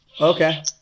okay